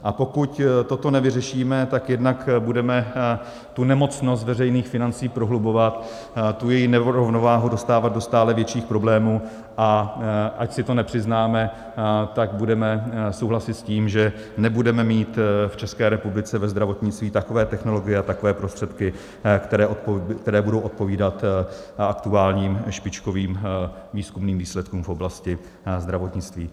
A pokud toto nevyřešíme, tak jednak budeme tu nemocnost veřejných financí prohlubovat, tu její nerovnováhu dostávat do stále větších problémů, a ač si to nepřiznáme, tak budeme souhlasit s tím, že nebudeme mít v České republice ve zdravotnictví takové technologie a takové prostředky, které budou odpovídat aktuálním špičkovým výzkumným výsledkům v oblasti zdravotnictví.